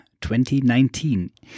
2019